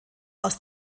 aus